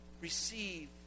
receive